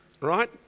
Right